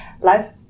life